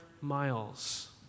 miles